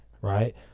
right